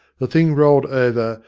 the thing rolled over,